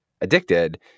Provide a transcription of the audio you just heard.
addicted